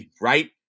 right